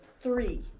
Three